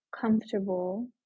comfortable